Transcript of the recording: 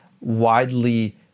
widely